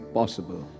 possible